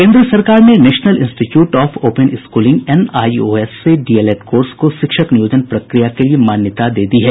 केन्द्र सरकार ने national institute of open schooling NIOS से डीएलएड कोर्स को शिक्षक नियोजन प्रक्रिया के लिए मान्यता दे दी है